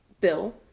bill